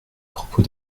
propos